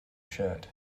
shirt